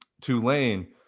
Tulane